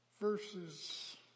verses